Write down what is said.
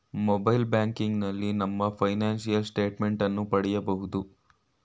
mobile ಬ್ಯಾಂಕಿನಲ್ಲಿ ನಮ್ಮ financial statement ಅನ್ನು ಪಡಿಬೋದು